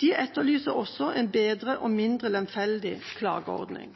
De etterlyser også en bedre og mindre lemfeldig klageordning.